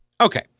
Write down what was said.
Okay